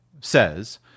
says